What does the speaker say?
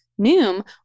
Noom